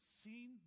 seen